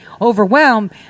overwhelmed